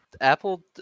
Apple